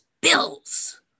bills